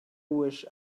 wish